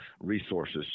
resources